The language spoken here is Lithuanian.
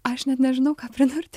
aš net nežinau ką pridurti